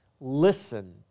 listen